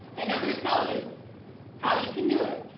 and um and tell you how you can do it.